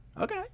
okay